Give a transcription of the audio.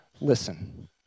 listen